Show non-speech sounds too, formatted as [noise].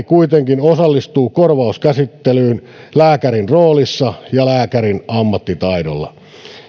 [unintelligible] kuitenkin osallistuvat korvauskäsittelyyn lääkärin roolissa ja lääkärin ammattitaidolla